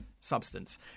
Substance